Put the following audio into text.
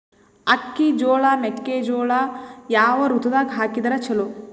ಅಕ್ಕಿ, ಜೊಳ, ಮೆಕ್ಕಿಜೋಳ ಯಾವ ಋತುದಾಗ ಹಾಕಿದರ ಚಲೋ?